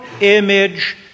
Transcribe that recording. image